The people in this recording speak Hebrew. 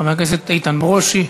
חבר הכנסת איתן ברושי,